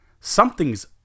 something's